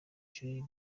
ishuri